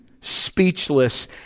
speechless